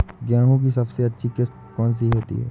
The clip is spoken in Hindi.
गेहूँ की सबसे अच्छी किश्त कौन सी होती है?